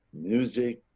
music,